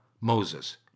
Moses